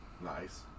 Nice